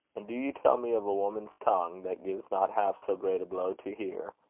and do you tell me of a woman's tongue, that gives not half so great a blow to hear,